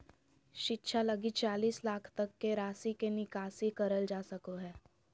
शिक्षा लगी चालीस लाख तक के राशि के निकासी करल जा सको हइ